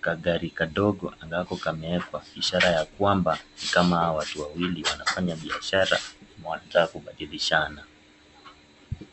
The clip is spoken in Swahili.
kagari kadogo ambako kamewekwa ishara ya kwamba ni kama hawa watu wawili wanafanya biashara wanataka kubadilishana.